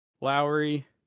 Lowry